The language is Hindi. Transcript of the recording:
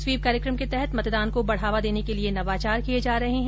स्वीप कार्यक्रम के तहत मतदान को बढ़ावा देने के लिये नवाचार किये जा रहे है